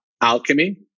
alchemy